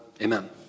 Amen